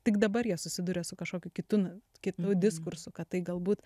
tik dabar jie susiduria su kažkokiu kitu kitu diskursu kad tai galbūt